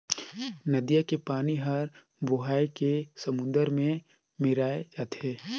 नदिया के पानी हर बोहाए के समुन्दर में मेराय जाथे